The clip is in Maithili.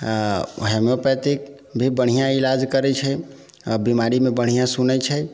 होम्योपैथिक भी बढ़िआँ इलाज करै छै आ बिमारीमे बढ़िआँ सुनै छै